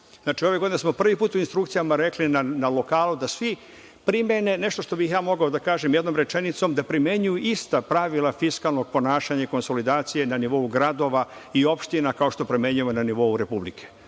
Znači, ove godine smo prvi put u instrukcijama rekli na lokalu da svi primene nešto, što bih ja mogao da kažem jednom rečenicom, da primene ista pravila fiskalnog ponašanja i konsolidacije na nivou gradova i opština, kao što primenjujemo na nivou Republike.